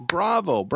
Bravo